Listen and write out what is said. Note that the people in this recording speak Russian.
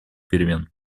перемен